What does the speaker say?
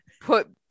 Put